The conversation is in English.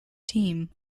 team